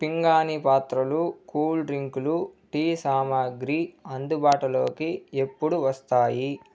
పింగాణీ పాత్రలు కూల్ డ్రింకులు టీ సామాగ్రి అందుబాటులోకి ఎప్పుడు వస్తాయి